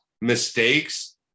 Mistakes